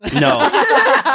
no